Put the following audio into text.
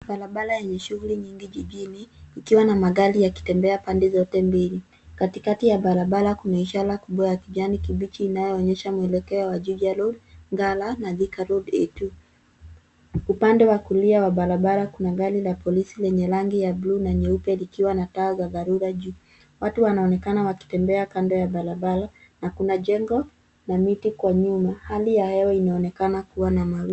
Barabara yenye shuguli nyingi jijini ikiwa na magari yakitembea pande zote mbili. Katikati ya barabara kuna ishara kubwa ya kijani kibichi inayoonyesha mwelekeo wa Juja road , ngara na thika road A2 . Upande wa kulia la barabara kuna gari la polisi la rangi ya bluu na nyeupe likiwa na taa za dharura juu. Watu wanaonekana wakitembea kando ya barabara na kuna jengo na miti kwa nyuma. Hali ya hewa inaonekana kuwa na mawimgu.